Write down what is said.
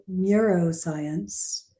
neuroscience